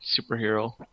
superhero